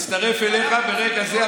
מצטרף אליך ברגע זה.